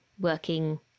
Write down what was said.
working